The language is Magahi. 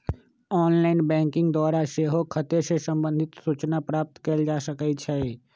ऑनलाइन बैंकिंग द्वारा सेहो खते से संबंधित सूचना प्राप्त कएल जा सकइ छै